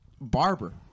barber